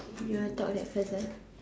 you are talk that further